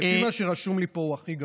לפי מה שרשום לי פה הוא הכי גבוה.